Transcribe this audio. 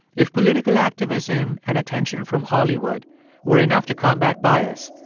if political activism and attention from hollywood were enough to combat bias,